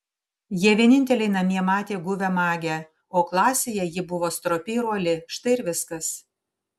jie vieninteliai namie matė guvią magę o klasėje ji buvo stropi ir uoli štai ir viskas